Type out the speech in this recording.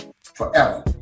forever